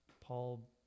Paul